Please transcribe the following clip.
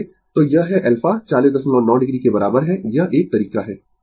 तो यह है α 409 o के बराबर है यह एक तरीका है